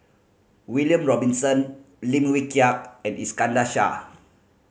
William Robinson Lim Wee Kiak and Iskandar Shah